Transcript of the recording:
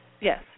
Yes